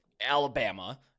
Alabama